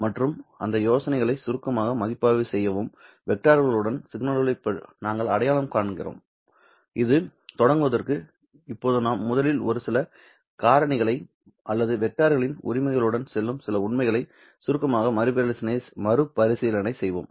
மற்றும் அந்த யோசனைகளை சுருக்கமாக மதிப்பாய்வு செய்யவும்வெக்டர்களுடன் சிக்னல்களை நாங்கள் அடையாளம் காண்கிறோம் இது தொடங்குவதற்கு இப்போது நாம்முதலில் ஒரு சில காரணிகளை அல்லது வெக்டர்களின் உரிமைகளுடன் செல்லும் சில உண்மைகளை சுருக்கமாக மறுபரிசீலனை செய்வோம்